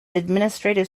administrative